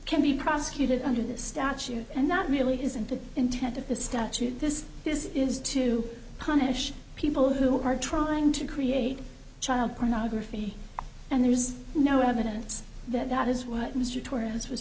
can be prosecuted under this statute and that really isn't the intent of the statute this is is to punish people who are trying to create child pornography and there's no evidence that that is what mr torrens was